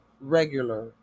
regular